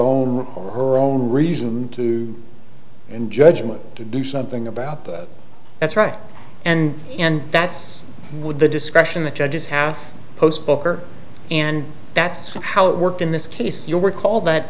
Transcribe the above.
own or her own reason to in judgment to do something about that that's right and and that's with the discretion that judges half post booker and that's how it worked in this case you'll recall that